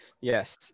Yes